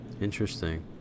Interesting